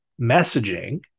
messaging